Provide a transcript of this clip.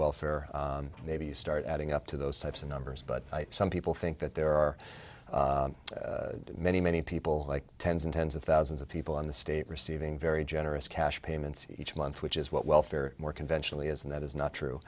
welfare maybe you start adding up to those types of numbers but some people think that there are many many people tens and tens of thousands of people in the state received very generous cash payments each month which is what welfare more conventionally is and that is not true